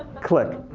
click.